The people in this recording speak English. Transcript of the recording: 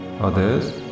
others